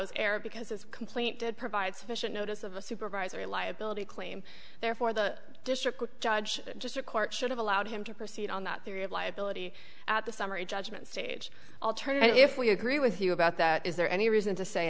error because this complaint did provide sufficient notice of a supervisory liability claim therefore the district judge just a court should have allowed him to proceed on that theory of liability at the summary judgment stage alternative if we agree with you about that is there any reason to say